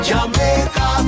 Jamaica